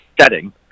setting